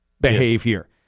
behavior